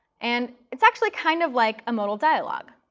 and it's actually kind of like a modal dialog.